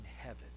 heaven